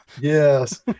Yes